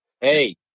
Hey